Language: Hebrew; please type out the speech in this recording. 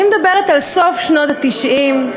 אני מדברת על סוף שנות ה-90,